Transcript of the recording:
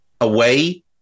away